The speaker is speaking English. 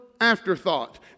afterthought